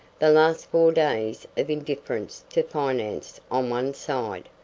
the last four days of indifference to finance on one side,